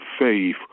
faith